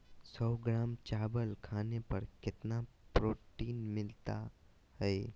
सौ ग्राम चावल खाने पर कितना प्रोटीन मिलना हैय?